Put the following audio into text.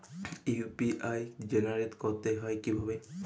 UPI generate করতে হয় কিভাবে?